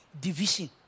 division